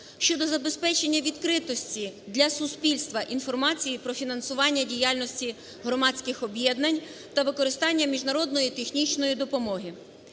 щодо забезпечення відкритості для суспільства інформації про фінансування діяльності громадських об'єднань та використання міжнародної технічної допомоги.